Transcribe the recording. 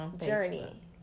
Journey